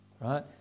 right